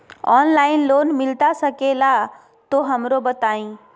Online loan मिलता सके ला तो हमरो बताई?